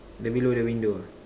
the below the window ah